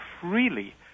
freely